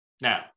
Now